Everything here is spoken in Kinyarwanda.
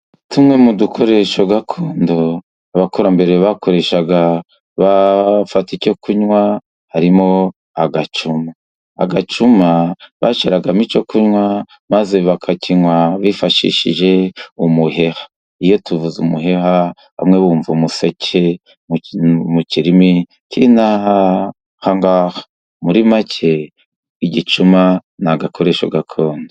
Tumwe mu dukoresho gakondo abakurambere bakoreshaga bafata icyo kunywa, harimo agacuma. Agacuma bashyigaramo icyo kunywa maze bakakinywa bifashishije umuheha. Iyo tuvuze umuheha bamwe bumva umuseke, mu kirimi cy'ino ahangaha. Muri make igicuma n' agakoresho gakondo.